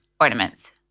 ornaments